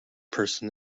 person